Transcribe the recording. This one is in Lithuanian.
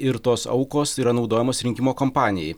ir tos aukos yra naudojamos rinkimo kampanijai